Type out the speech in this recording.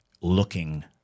looking